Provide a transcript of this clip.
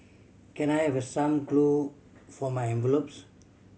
can I have some glue for my envelopes